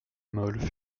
mole